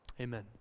Amen